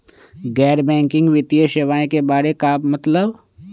गैर बैंकिंग वित्तीय सेवाए के बारे का मतलब?